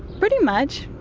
pretty much,